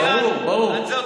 ברור, ברור.